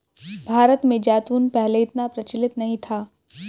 भारत में जैतून पहले इतना प्रचलित नहीं था